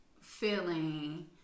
feeling